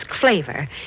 flavor